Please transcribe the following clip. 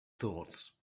thoughts